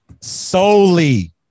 Solely